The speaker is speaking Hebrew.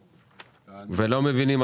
אם את מביאה